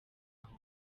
aho